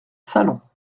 salon